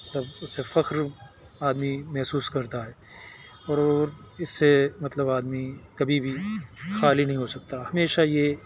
تب اس سے فخر آدمی محسوس کرتا ہے اور اس سے مطلب آدمی کبھی بھی خالی نہیں ہو سکتا ہمیشہ یہ